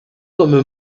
comme